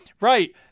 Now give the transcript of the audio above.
Right